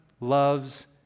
loves